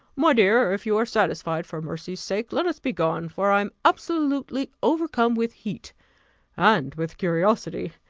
my dear, if you are satisfied, for mercy's sake let us be gone, for i am absolutely overcome with heat and with curiosity,